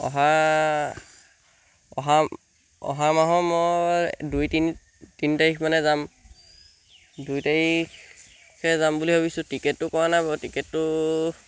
অহা অহা অহা মাহৰ মই দুই তিনি তিনি তাৰিখ মানে যাম দুই তাৰিখে যাম বুলি ভাবিছোঁ টিকেটটো কৰা নাই বাৰু টিকেটটো